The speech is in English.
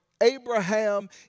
Abraham